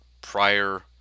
prior